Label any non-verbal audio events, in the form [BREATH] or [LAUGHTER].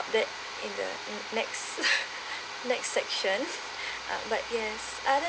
that in the next [BREATH] next section uh but yes